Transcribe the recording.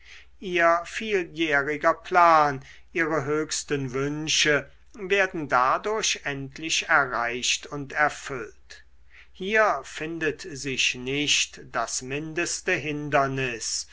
ihr vieljähriger plan ihre höchsten wünsche werden dadurch endlich erreicht und erfüllt hier findet sich nicht das mindeste hindernis